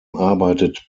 arbeitet